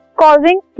causing